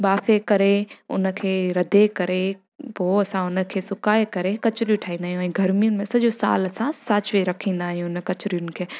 बाफ़े करे उन खे रधे करे पोइ असां उन खे सुकाए करे कचरियूं ठाहीदा आहियूं ऐं गर्मीयुनि में सॼो सालु असां साॼे रखींदा आहियूं उन कचरियुनि खे